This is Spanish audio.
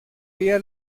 día